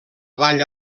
vall